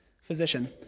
physician